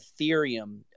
Ethereum